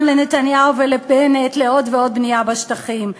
לנתניהו ולבנט לעוד ועוד בנייה בשטחים.